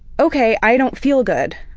ok, i don't feel good.